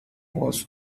was